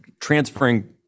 transferring